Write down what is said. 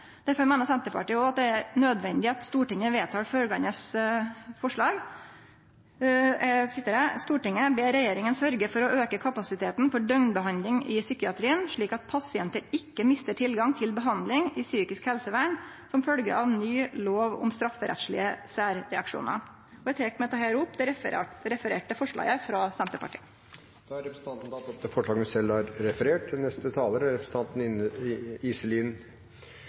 er nødvendig at Stortinget vedtar følgjande forslag: «Stortinget ber regjeringen sørge for å øke kapasiteten for døgnbehandling i psykiatrien slik at pasienter ikke mister tilgang til behandling i psykisk helsevern som følge av ny lov om strafferettslige særreaksjoner.» Eg tek med dette opp det refererte forslaget frå Senterpartiet. Representanten Jenny Klinge har tatt opp det forslaget hun refererte. Nå har